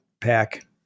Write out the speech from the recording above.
pack